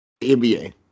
NBA